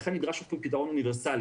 לכן נדרש אפילו פתרון אוניברסלי,